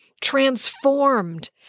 transformed